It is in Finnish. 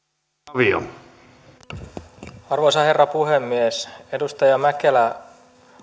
arvoisa herra puhemies edustaja mäkelä